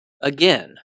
again